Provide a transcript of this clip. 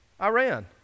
Iran